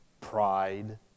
pride